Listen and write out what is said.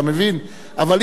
יותר טוב שלא יהיה חוק.